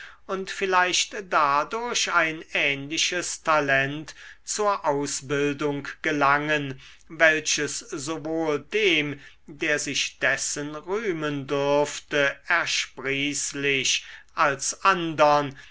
und vielleicht dadurch ein ähnliches talent zur ausbildung gelangen welches sowohl dem der sich dessen rühmen dürfte ersprießlich als andern